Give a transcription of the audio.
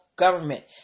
government